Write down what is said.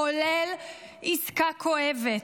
כולל עסקה כואבת,